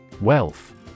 Wealth